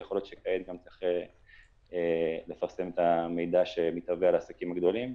ויכול להיות שכעת גם צריך לפרסם את המידע שמתהווה על העסקים הגדולים.